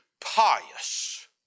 pious